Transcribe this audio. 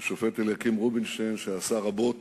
השופט אליקים רובינשטיין, שעשה רבות